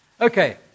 Okay